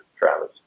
Travis